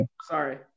Sorry